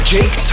Jake